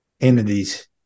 entities